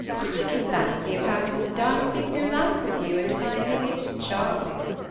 i can fancy a person dancing through life with you and finding it charming.